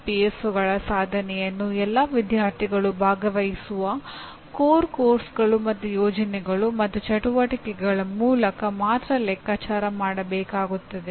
ಪಿಒಗಳು ಸಾಧನೆಯನ್ನು ಎಲ್ಲಾ ವಿದ್ಯಾರ್ಥಿಗಳು ಭಾಗವಹಿಸುವ ಮೂಲ ಪಠ್ಯಕ್ರಮಗಳು ಮತ್ತು ಯೋಜನೆಗಳು ಮತ್ತು ಚಟುವಟಿಕೆಗಳ ಮೂಲಕ ಮಾತ್ರ ಲೆಕ್ಕಾಚಾರ ಮಾಡಬೇಕಾಗುತ್ತದೆ